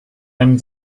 einem